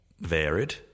varied